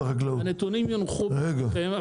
הנתונים יונחו בפניכם,